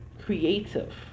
creative